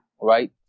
Right